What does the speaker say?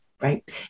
Right